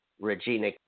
Regina